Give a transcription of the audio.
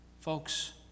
Folks